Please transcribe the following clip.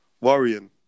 worrying